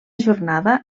jornada